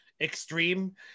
extreme